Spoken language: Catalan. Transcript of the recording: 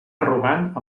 arrogant